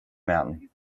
mountain